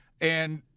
and-